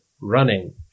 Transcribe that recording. running